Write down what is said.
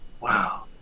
Wow